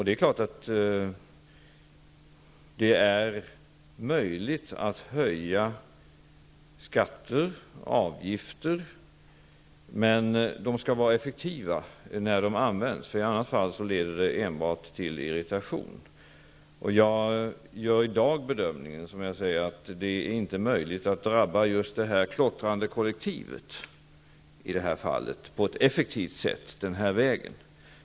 Det är klart att det är möjligt att höja skatter och avgifter. Men de skall vara effektiva när de används. I annat fall leder de enbart till irritation. Jag gör i dag bedömningen att det inte är möjligt att träffa just det klottrande kollektivet på ett effektivt sätt denna väg.